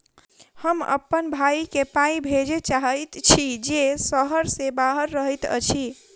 हम अप्पन भयई केँ पाई भेजे चाहइत छि जे सहर सँ बाहर रहइत अछि